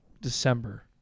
December